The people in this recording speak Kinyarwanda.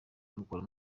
mukora